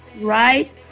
right